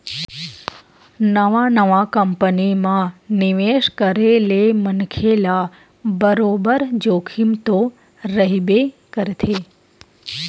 नवा नवा कंपनी म निवेस करे ले मनखे ल बरोबर जोखिम तो रहिबे करथे